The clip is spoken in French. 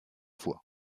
voies